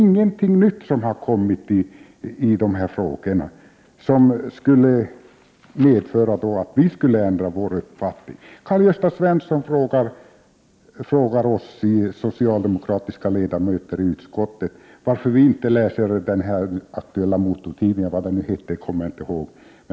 Ingenting nytt har kommit fram i dessa frågor, som skulle kunna medföra att vi ändrade vår uppfattning. Karl-Gösta Svenson frågar oss socialdemokratiska ledamöter i utskottet varför vi inte läser den här aktuella motortidningen — vad den heter kommer jag inte ihåg.